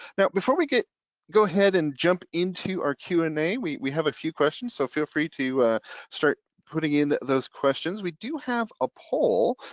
now, before we go ahead and jump into our q and a, we we have a few questions. so feel free to start putting in those questions. we do have a poll.